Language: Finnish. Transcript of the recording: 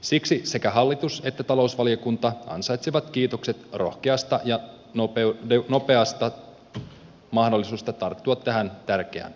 siksi sekä hallitus että talousvaliokunta ansaitsevat kiitokset rohkeasta ja nopeasta mahdollisuudesta tarttua tähän tärkeään asiaan